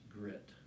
grit